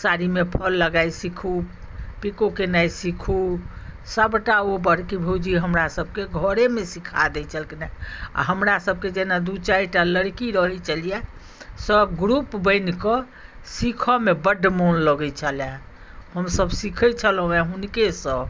साड़ीमे फॉल लगाइ सिखु पिको केनाइ सिखु सबटा ओ बड़की भौजी हमरा सबकेँ घरेमे सिखाइ दै छलखिन हँ आ हमरा सबकेँ जेना दू चारिटा लड़की रहैत छलियै सब ग्रुप बनि कऽ सिखैमे बड मन लगैत छलैया हमसब सिखैत छलहुँ हँ हुनकेसँ